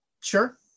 Sure